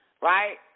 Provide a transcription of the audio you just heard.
right